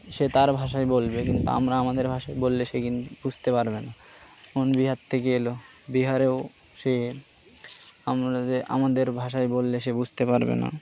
সে তার ভাষায় বলবে কিন্তু আমরা আমাদের ভাষায় বললে সে কিন্তু বুঝতে পারবে না মন বিহার থেকে এলো বিহারেও সে আমরা যে আমাদের ভাষায় বললে সে বুসতে পারবে না